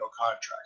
contract